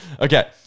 Okay